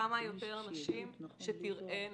כמה שיותר נשים שתראינה.